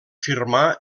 firmar